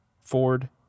Ford